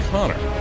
Connor